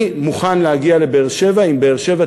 אני מוכן להגיע לבאר-שבע אם באר-שבע